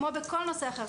כמו בכל נושא אחר.